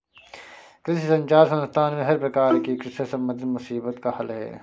कृषि संचार संस्थान में हर प्रकार की कृषि से संबंधित मुसीबत का हल है